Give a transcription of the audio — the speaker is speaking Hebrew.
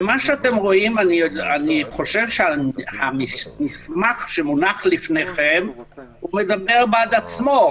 ואני חושב שהמסמך שמונח לפניכם מדבר בעד עצמו.